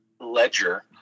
ledger